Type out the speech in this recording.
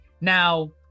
Now